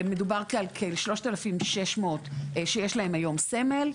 מדובר על כ-3,600 שיש להם היום סמל,